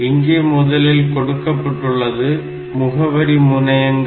இங்கே முதலில் கொடுக்கப்பட்டுள்ளது முகவரி முனையங்கள்